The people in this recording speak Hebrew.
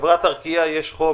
לחברת ארקיע יש חוב